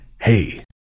Hey